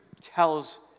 tells